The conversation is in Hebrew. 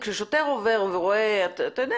כששוטר עובר ורואה, אתה יודע